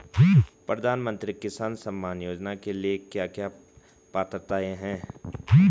प्रधानमंत्री किसान सम्मान योजना के लिए क्या क्या पात्रताऐं हैं?